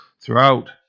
throughout